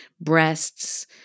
breasts